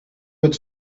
its